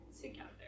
Together